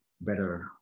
better